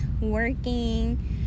working